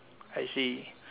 I see